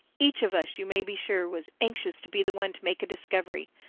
each of us, you may be sure, was anxious to be the one to make a discovery.